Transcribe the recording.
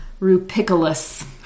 Rupiculus